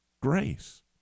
grace